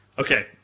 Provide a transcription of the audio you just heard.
Okay